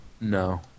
No